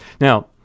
Now